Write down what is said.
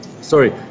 Sorry